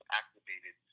activated